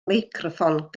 meicroffon